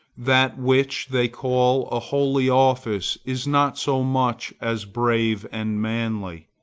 that which they call a holy office is not so much as brave and manly.